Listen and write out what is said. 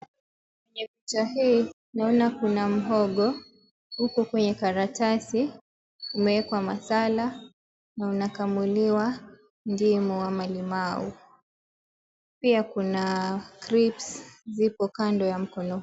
Kwenye ukuta hii naona kuna mhogo huku kwenye karatasi imewekwa masala na unakamuliwa ndimu ama limau, pia kuna crips ziko kando ya mkono huo.